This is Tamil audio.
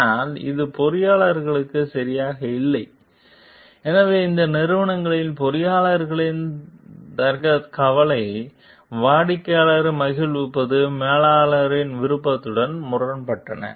ஆனால் இது பொறியாளர்களுக்கு சரியாக இல்லை எனவே இந்த நிறுவனங்களில் பொறியியலாளரின் தரக் கவலைகள் வாடிக்கையாளரை மகிழ்விக்கும் மேலாளரின் விருப்பத்துடன் முரண்பட்டன